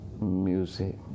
music